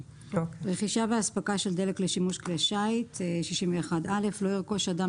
61.רכישה ואספקה של דלק לשימוש כלי שיט לא ירכוש אדם